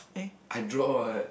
I draw what